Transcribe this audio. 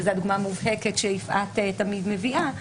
שזאת הדוגמה המובהקת שיפעת תמיד מביאה.